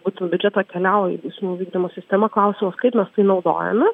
būtų biudžeto keliauja į bausmių vykdymo sistemą klausimas kaip mes tai naudojame